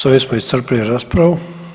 S ovim smo iscrpili raspravu.